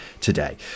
today